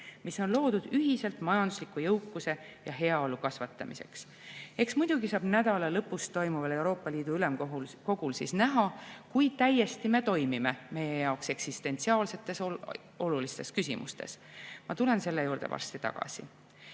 mis on loodud ühiselt majandusliku jõukuse ja heaolu kasvatamiseks. Eks muidugi saab nädala lõpus toimuval Euroopa Liidu ülemkogul näha, kui täiesti me toimime meie jaoks eksistentsiaalselt olulistes küsimustes. Ma tulen selle juurde varsti tagasi. Nüüd,